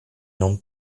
non